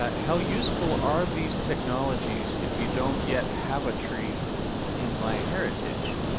ah how useful are these technologies if you don't yet have a tree in myheritage?